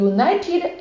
United